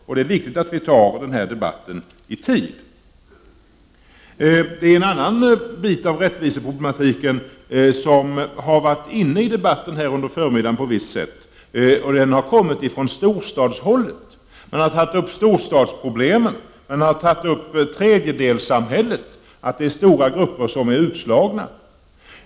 Då är det bra att vi tar den debatten i tid. En annan aspekt av rättviseproblematiken har debatterats här under förmiddagen, från storstadshåll. Man har tagit upp storstadsproblemen, man har talat om tredjedelssamhället, att stora grupper är utslagna.